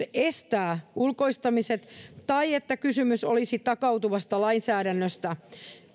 estää ulkoistamiset tai että kysymys olisi takautuvasta lainsäädännöstä